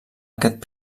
aquest